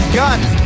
guns